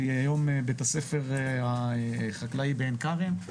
והיא היום בית הספר החקלאי בעין כרם.